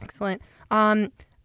Excellent